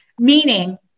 meaning –